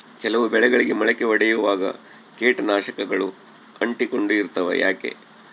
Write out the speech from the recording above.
ಕೆಲವು ಬೆಳೆಗಳಿಗೆ ಮೊಳಕೆ ಒಡಿಯುವಾಗ ಕೇಟನಾಶಕಗಳು ಅಂಟಿಕೊಂಡು ಇರ್ತವ ಯಾಕೆ?